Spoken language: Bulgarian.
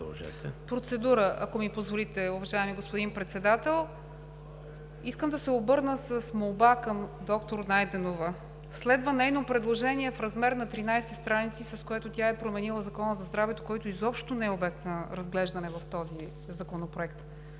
Процедура, ако ми позволите, уважаеми господин Председател. Искам да се обърна с молба към доктор Найденова. Следва нейно предложение в размер на 13 страници, с което тя е променила Закона за здравето, който изобщо не е обект на разглеждане в този законопроект.